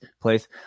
place